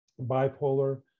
bipolar